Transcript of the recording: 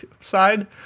side